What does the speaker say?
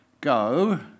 go